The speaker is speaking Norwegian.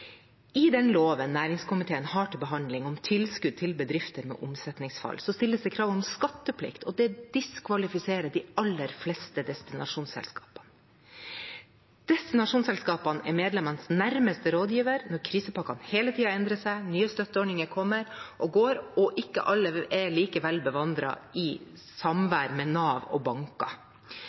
loven næringskomiteen har til behandling om tilskudd til bedrifter med omsetningsfall, stilles det krav om skatteplikt, og det diskvalifiserer de aller fleste destinasjonsselskapene. Destinasjonsselskapene er medlemmenes nærmeste rådgivere når krisepakkene hele tiden endrer seg, nye støtteordninger kommer og går, og ikke alle er like vel bevandret i samvær med Nav og banker.